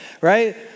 right